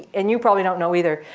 and you probably don't know either.